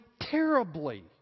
terribly